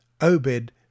Obed